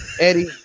Eddie